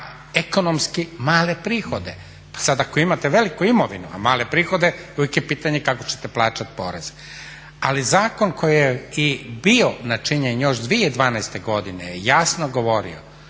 ekonomski male prihode. Pa sad ako imate veliku imovinu, a male prihode uvijek je pitanje kako ćete plaćat porez. Ali zakon koji je i bio načinjen još 2012. godine je jasno govorio